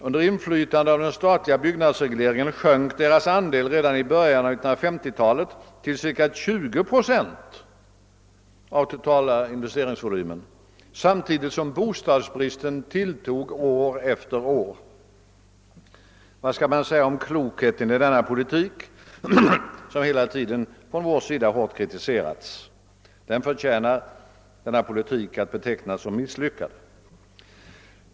Under inflytande av den statliga byggnadsregleringen sjönk deras andel redan i början av 1950-talet till ca 20 procent av den totala investeringsvolymen samtidigt som bostadsbristen tilltog år efter år. Vad skall man då säga om klokheten i denna politik som hela tiden hårt kritiserats från vår sida? Denna politik förtjänar att betecknas som misslyckad.